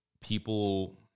people